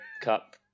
Cup